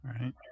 right